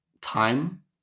time